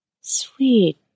Sweet